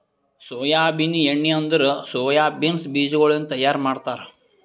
soybean ಎಣ್ಣಿ ಅಂದುರ್ soya beans ಬೀಜಗೊಳಿಂದ್ ತೈಯಾರ್ ಮಾಡ್ತಾರ